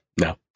no